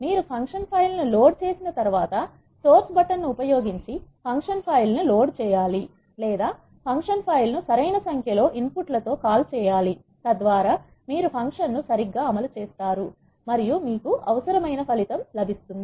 మీరు function file ను load చేసిన తర్వాత సోర్స్ బటన్ ను ఉపయోగించి ఫంక్షన్ ఫైల్ ను లోడ్ చేయాలి లేదా ఫంక్షన్ ఫైల్ ను సరైన సంఖ్యలో ఇన్ పుట్ ల తో కాల్ చేయాలి తద్వారా మీరు ఫంక్షన్ ను సరిగ్గా అమలు చేస్తారు మరియు మీకు అవసరమైన ఫలితం లభిస్తుంది